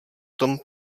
tom